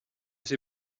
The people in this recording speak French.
ces